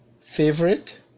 favorite